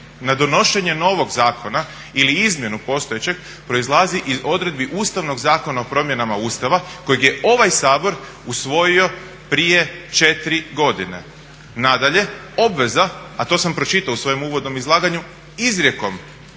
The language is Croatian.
na donošenje novog zakona ili izmjenu postojećeg proizlazi iz odredbi Ustavnog zakona o promjenama Ustava kojeg je ovaj Sabor usvojio prije 4 godine. Nadalje, obveza a to sam pročitao u svojem uvodnom izlaganju izrijekom,